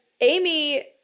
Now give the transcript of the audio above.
Amy